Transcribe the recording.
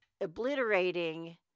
obliterating